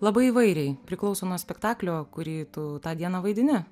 labai įvairiai priklauso nuo spektaklio kurį tu tą dieną vaidini